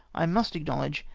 i must acknowledge,